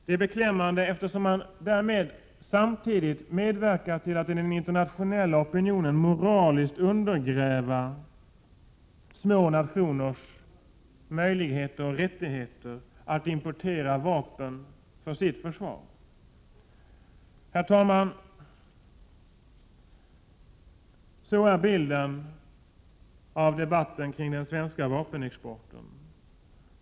Det är beklämmande eftersom man därmed samtidigt medverkar till att i den internationella opinionen moraliskt undergräva små nationers möjligheter och rättigheter att importera vapen för sina försvar. Herr talman! Sådan är bilden av debatten om den svenska vapenexporten.